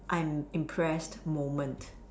I'm impressed moment